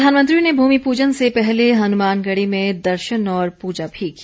प्रधानमंत्री ने भूमि प्रजन से पहले हनुमानगढ़ी में दर्शन और प्रजा भी की